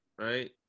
right